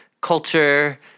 culture